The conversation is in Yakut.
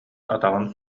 атаҕын